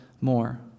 more